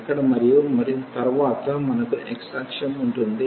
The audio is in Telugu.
ఇక్కడ మరియు తరువాత మనకు x అక్షం ఉంటుంది